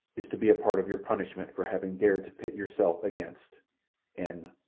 is to be a part of your punishment for having dared to pit yourself against n.